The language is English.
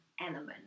element